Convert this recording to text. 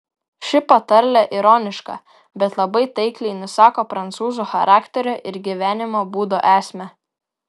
ši patarlė ironiška bet labai taikliai nusako prancūzų charakterio ir gyvenimo būdo esmę